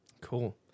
Cool